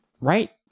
right